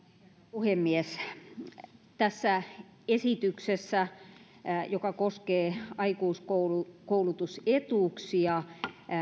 puhemies tässä esityksessä joka koskee aikuiskoulutusetuuksia